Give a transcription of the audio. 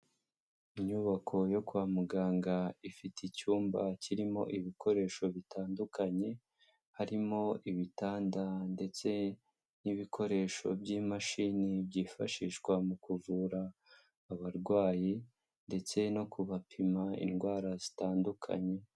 Inyubako yo kwa muganga ifite icyumba kirimo ibikoresho bitandukanye, harimo ibitanda ndetse n'ibikoresho by'imashini byifashishwa mu kuvura abarwayi ndetse no kubapima indwara zitandukanye.